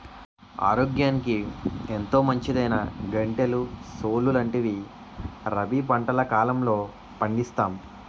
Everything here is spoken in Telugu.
ఆరోగ్యానికి ఎంతో మంచిదైనా గంటెలు, సోలు లాంటివి రబీ పంటల కాలంలో పండిస్తాం